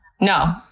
No